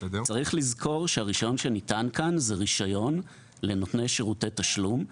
צריך לזכור שהרישיון שניתן כאן הוא רישיון לנותני שירותי תשלום,